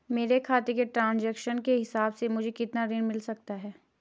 मेरे खाते के ट्रान्ज़ैक्शन के हिसाब से मुझे कितना ऋण मिल सकता है?